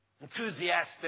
enthusiastic